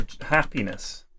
happiness